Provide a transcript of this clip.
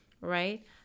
right